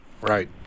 Right